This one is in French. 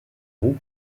roux